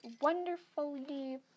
wonderfully